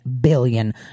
billion